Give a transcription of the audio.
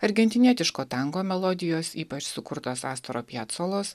argentinietiško tango melodijos ypač sukurtos astoro piacolos